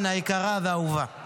אושרה בקריאה הראשונה